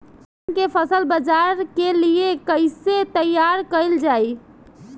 धान के फसल बाजार के लिए कईसे तैयार कइल जाए?